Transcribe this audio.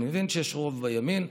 אני מבין שיש רוב בימין.